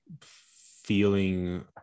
feeling